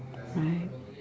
right